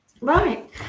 Right